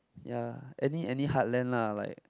ya any any heartland lah like